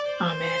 Amen